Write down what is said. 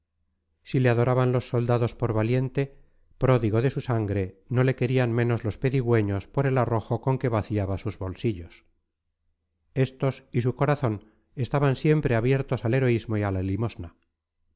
si le adoraban los soldados por valiente pródigo de su sangre no le querían menos los pedigüeños por el arrojo con que vaciaba sus bolsillos estos y su corazón estaban siempre abiertos al heroísmo y a la limosna sin